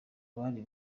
bari